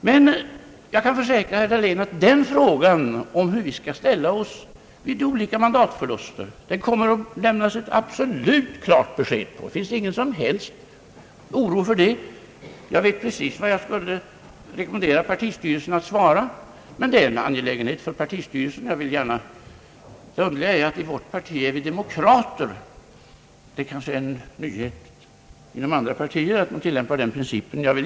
Men jag kan försäkra herr Dahlén att i frågan hur vi skall ställa oss i olika mandatförluster kommer det att lämnas absolut klart besked — det finns ingen som helst oro på den punkten. Jag vet precis vad jag skulle rekommendera partistyrelsen att svara. Men det är en angelägenhet för partistyrelsen. I vårt parti är vi demokrater. Det är kanske en nyhet inom andra partier att man tillämpar den principen.